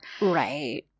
Right